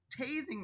tasing